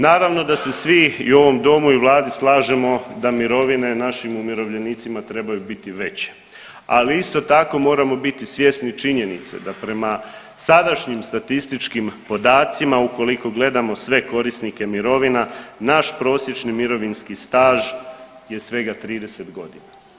Naravno da se svi i u ovom domu i u vladi slažemo da mirovine našim umirovljenicima trebaju biti veće, ali isto tako moramo biti svjesni činjenice da prema sadašnjim statističkim podacima ukoliko gledamo sve korisnike mirovina, naš prosječni mirovinski staž je svega 30 godina.